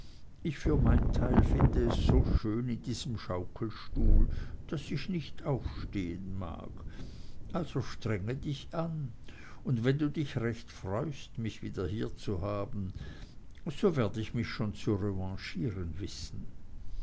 ich für mein teil find es so schön in diesem schaukelstuhl daß ich nicht aufstehen mag also strenge dich an und wenn du dich recht freust mich wieder hier zu haben so werd ich mich auch zu revanchieren wissen